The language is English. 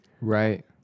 Right